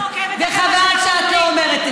את כנראה לא עוקבת, וחבל שאת לא אומרת את זה.